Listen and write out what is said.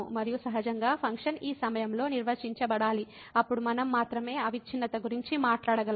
మరియు సహజంగా ఫంక్షన్ ఈ సమయంలో నిర్వచించబడాలి అప్పుడు మనం మాత్రమే అవిచ్ఛిన్నత గురించి మాట్లాడగలం